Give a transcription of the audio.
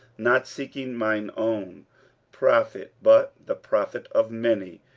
not seeking mine own profit, but the profit of many,